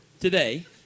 today